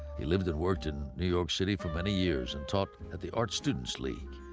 he lived and worked in new york city for many years and taught at the art students league.